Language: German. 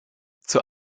zur